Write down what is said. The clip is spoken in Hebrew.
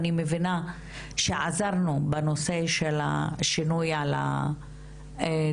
אני מבינה שעזרנו בנושא של שינוי הדיווח